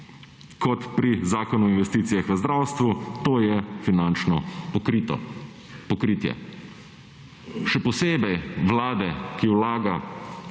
kot pri Zakonu o investicijah v zdravstvu, to je finančno pokritje. Še posebej vlade, ki vlaga